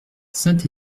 saint